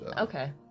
okay